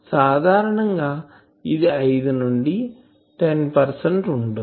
సాధారణం గా ఇది 5 నుండి 10 పెర్సెంట్ ఉంటుంది